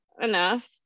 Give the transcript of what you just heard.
enough